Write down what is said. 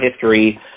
history